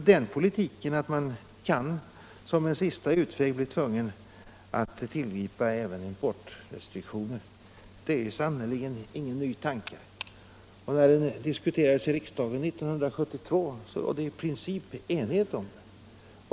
Den politiken att man som en sista utväg kan bli tvungen att tillgripa även importrestriktioner är sannerligen ingen ny tanke. Och när den frågan diskuterades i riksdagen 1972 rådde i princip enighet om den politiken.